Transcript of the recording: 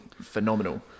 phenomenal